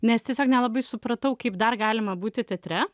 nes tiesiog nelabai supratau kaip dar galima būti teatre